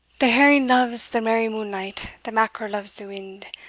the herring loves the merry moonlight, the mackerel loves the wind,